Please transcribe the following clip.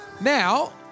Now